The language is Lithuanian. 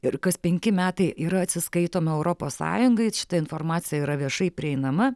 ir kas penki metai yra atsiskaitoma europos sąjungai šita informacija yra viešai prieinama